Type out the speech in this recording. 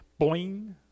boing